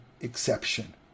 exception